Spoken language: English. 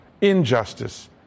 injustice